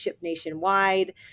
nationwide